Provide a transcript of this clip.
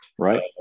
Right